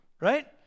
right